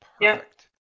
Perfect